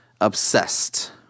obsessed